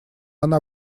она